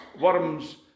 worms